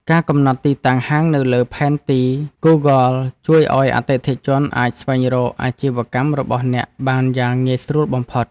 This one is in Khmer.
ការកំណត់ទីតាំងហាងនៅលើផែនទីហ្គូហ្គលជួយឱ្យអតិថិជនអាចស្វែងរកអាជីវកម្មរបស់អ្នកបានយ៉ាងងាយស្រួលបំផុត។